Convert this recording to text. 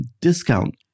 discount